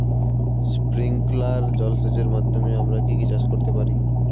Sprinkler জলসেচের মাধ্যমে আমরা কি কি চাষ করতে পারি?